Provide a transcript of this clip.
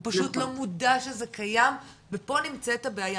הוא פשוט לא מודע שזה קיים ופה נמצאת הבעיה,